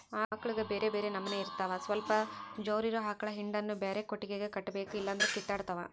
ಆಕಳುಗ ಬ್ಯೆರೆ ಬ್ಯೆರೆ ನಮನೆ ಇರ್ತವ ಸ್ವಲ್ಪ ಜೋರಿರೊ ಆಕಳ ಹಿಂಡನ್ನು ಬ್ಯಾರೆ ಕೊಟ್ಟಿಗೆಗ ಕಟ್ಟಬೇಕು ಇಲ್ಲಂದ್ರ ಕಿತ್ತಾಡ್ತಾವ